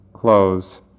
close